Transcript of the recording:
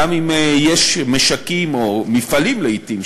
גם אם יש משקים או מפעלים לעתים,